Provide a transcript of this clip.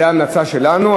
זו ההמלצה שלנו,